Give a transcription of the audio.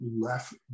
left